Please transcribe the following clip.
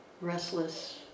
restless